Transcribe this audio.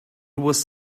was